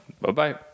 Bye-bye